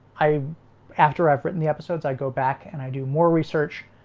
i after i've written the episodes i go back and i do more research